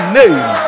name